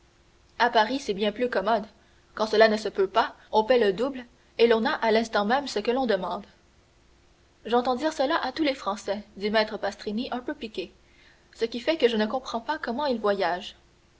à paris c'est bien plus commode quand cela ne se peut pas on paie le double et l'on a à l'instant même ce que l'on demande j'entends dire cela à tous les français dit maître pastrini un peu piqué ce qui fait que je ne comprends pas comment ils voyagent